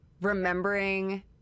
remembering